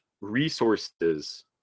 resources